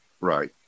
right